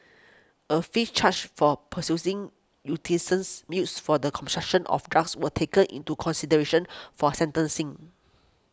a fifth charge for possessing U T since used for the consumption of drugs were taken into consideration for sentencing